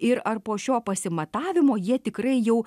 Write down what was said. ir ar po šio pasimatavimo jie tikrai jau